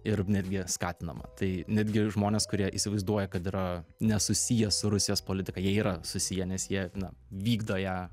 ir netgi skatinama tai netgi žmonės kurie įsivaizduoja kad yra nesusiję su rusijos politika jie yra susiję nes jie na vykdo ją